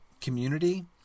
community